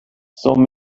som